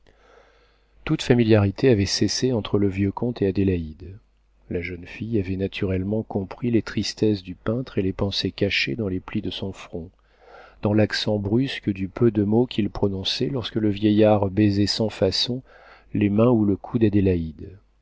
toute familiarité avait cessé entre le vieux comte et adélaïde la jeune fille avait naturellement compris les tristesses du peintre et les pensées cachées dans les plis de son front dans l'accent brusque du peu de mots qu'il prononçait lorsque le vieillard baisait sans façon les mains ou le cou d'adélaïde